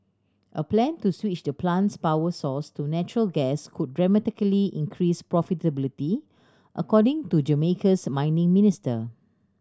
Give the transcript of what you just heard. a plan to switch the plant's power source to natural gas could dramatically increase profitability according to Jamaica's mining minister